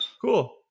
cool